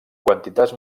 quantitats